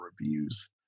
reviews